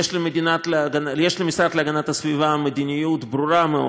יש למשרד להגנת הסביבה מדיניות ברורה מאוד,